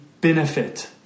benefit